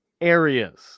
areas